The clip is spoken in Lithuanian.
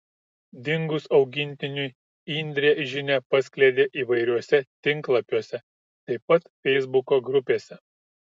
dingus augintiniui indrė žinią paskleidė įvairiuose tinklapiuose taip pat feisbuko grupėse